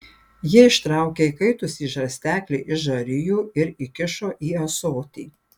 ji ištraukė įkaitusį žarsteklį iš žarijų ir įkišo į ąsotį